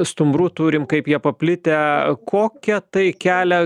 stumbrų turim kaip jie paplitę kokią tai kelia